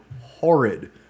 horrid